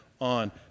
on